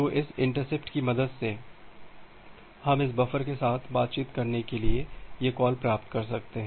तो इस इंटरप्ट की मदद से हम इस बफर के साथ बातचीत करने के लिए यह कॉल प्राप्त कर सकते हैं